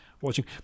watching